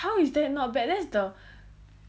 how is that not bad that is the